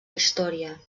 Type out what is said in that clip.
història